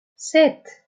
sept